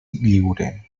lliure